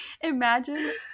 Imagine